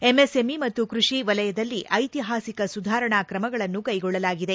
MSME ಮತ್ತು ಕೃಷಿ ವಲಯದಲ್ಲಿ ಐತಿಹಾಸಿಕ ಸುಧಾರಣಾ ಕ್ರಮಗಳನ್ನು ಕೈಗೊಳ್ಳಲಾಗಿದೆ